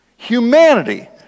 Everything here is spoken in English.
Humanity